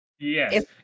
Yes